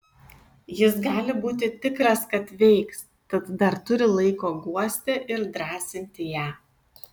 jis gali būti tikras kad veiks tad dar turi laiko guosti ir drąsinti ją